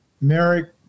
Merrick